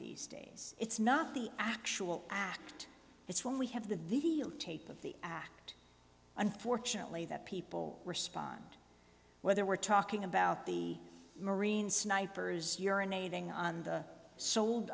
these days it's not the actual act it's when we have the videotape of the act unfortunately that people respond whether we're talking about the marine snipers urinating on the sold